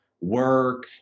work